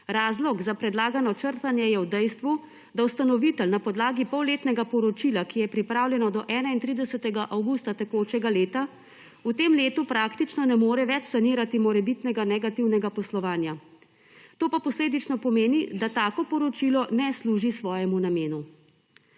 Razlog za predlagano črtanje je v dejstvu, da ustanovitelj na podlagi polletnega poročila, ki je pripravljeno do 31. avgusta tekočega leta, v tem letu praktično ne more več sanirati morebitnega negativnega poslovanja. To pa posledično pomeni, da tako poročilo ne služi svojemu namenu.